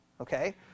Okay